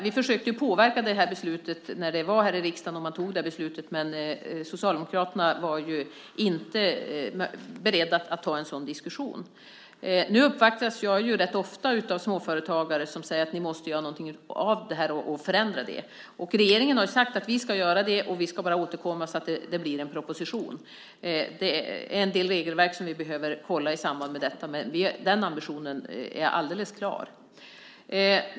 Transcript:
Vi försökte påverka detta beslut när det skulle fattas här i riksdagen, men Socialdemokraterna var inte beredda att ta en sådan diskussion. Nu uppvaktas jag rätt ofta av småföretagare som säger att vi måste göra någonting åt detta och förändra det. Och vi i regeringen har sagt att vi ska göra det och återkomma med en proposition. Det är en del regelverk som vi behöver kontrollera i samband med detta, men denna ambition är alldeles klar.